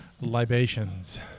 libations